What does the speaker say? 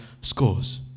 scores